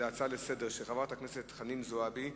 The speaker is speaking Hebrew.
להצעה לסדר-היום של חברת הכנסת חנין זועבי בנושא: